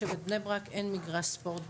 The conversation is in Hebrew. הרשויות המקומיות תמורת הכסף שהן מקבלות.